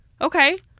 Okay